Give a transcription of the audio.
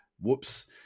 Whoops